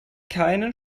keinen